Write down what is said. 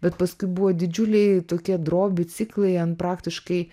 bet paskui buvo didžiuliai tokie drobių ciklai an praktiškai